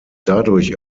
dadurch